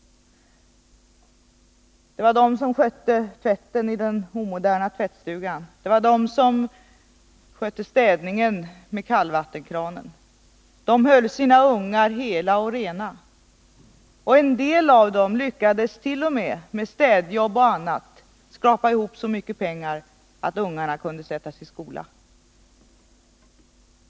Det var de som skötte tvätten i den omoderna tvättstugan med kallvattenkranen. Det var de som slet med städningen. De höll sina ungar hela och rena och en del av dem lyckades t.o.m. genom städjobb och annat skrapa ihop så mycket pengar att ungarna kunde sättas i skola.